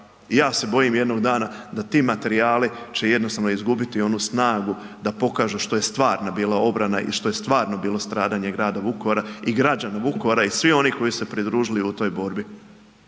I ja se bojim jednog dana da će ti materijali jednostavno izgubiti onu snagu da pokažu što je bila stvarna obrana i što je stvarno bilo stradanje grada Vukovara i građana Vukovara i svih onih koji su se pridružili u toj borbi,